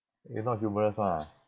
you not humorous [one] ah